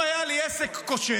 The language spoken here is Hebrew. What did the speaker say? אם היה לי עסק כושל,